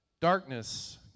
Darkness